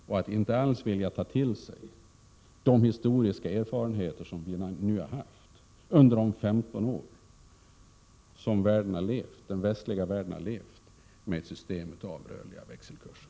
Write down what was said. Det är att inte alls vilja ta till sig de historiska erfarenheter som vi fått under de femton år som den västliga världen har levt med systemet av rörliga växelkurser.